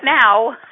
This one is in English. now